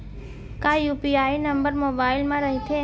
का UPI number mobile म रहिथे?